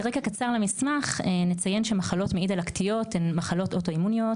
כרקע קצר למסמך נציין שמחלות מעי דלקתיות הן מחלות אוטואימוניות